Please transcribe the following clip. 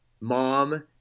mom